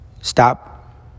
Stop